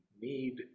need